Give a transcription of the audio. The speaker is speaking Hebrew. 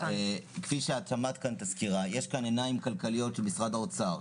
כי שאת שמעת כאן את הסקירה יש כאן עיניים כלכליות של משרד האוצר,